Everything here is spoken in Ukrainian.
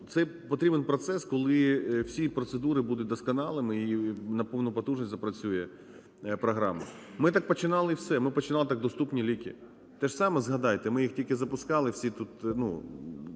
цей потрібен процес, коли всі процедури будуть вдосконалені і на повну потужність запрацює програма. Ми так починали все. Ми починали так "Доступні ліки", те ж саме згадайте, ми їх тільки запускали – всі тут, ну